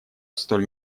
столь